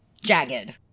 jagged